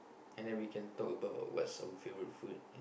and then we can talk about what's our favourite food